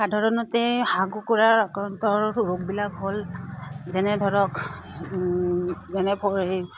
সাধাৰণতে হাঁহ কুকুৰাৰ আক্ৰান্তৰ ৰোগবিলাক হ'ল যেনে ধৰক যেনে